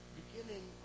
beginning